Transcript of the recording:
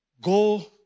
Go